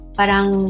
parang